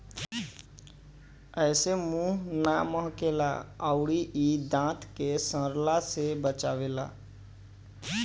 एसे मुंह ना महके ला अउरी इ दांत के सड़ला से बचावेला